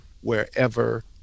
wherever